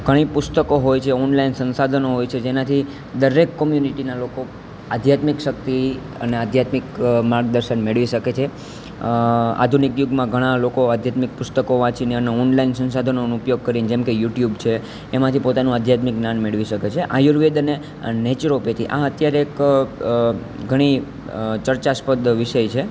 ઘણાં પુસ્તકો હોય છે ઓનલાઈન સંસાધનો હોય છે જેનાંથી દરેક કમ્યુનિટીનાં લોકો આધ્યાત્મિક શક્તિ અને આધ્યાત્મિક માર્ગદર્શન મેળવી શકે છે આધુનિક યુગમાં ઘણા લોકો આધ્યાત્મિક પુસ્તકો વાંચીને અને ઓનલાઈન સંસાધનોનો ઉપયોગ કરીન જેમ કે યુટ્યુબ છે એમાંથી પોતાનું આધ્યાત્મિક જ્ઞાન મેળવી શકે છે આયુર્વેદિક અને નેચરોપેથી આ અત્યારે એક ઘણો ચર્ચાસ્પદ વિષય છે